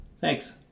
Thanks